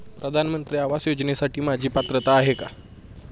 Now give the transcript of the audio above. प्रधानमंत्री आवास योजनेसाठी माझी पात्रता आहे का?